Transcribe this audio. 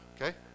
Okay